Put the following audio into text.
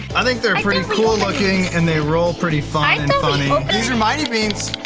i think they're pretty cool looking and they roll pretty fun and funny. these are mighty beanz.